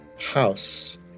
house